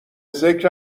ذکر